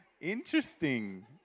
interesting